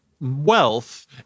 wealth